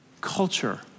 culture